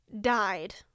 died